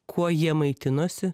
kuo jie maitinosi